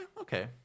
okay